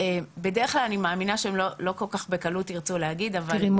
בדרך כלל אני מאמינה שהם לא כל כך בקלות ירצו להגיד --- תראי,